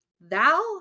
Thou